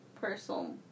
personal